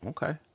Okay